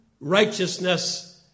righteousness